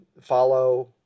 follow